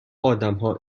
آدمها